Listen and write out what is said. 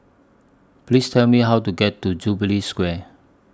Please Tell Me How to get to Jubilee Square